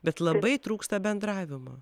bet labai trūksta bendravimo